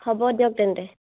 হ'ব দিয়ক তেন্তে